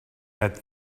that